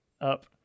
up